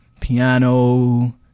piano